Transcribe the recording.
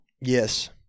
Yes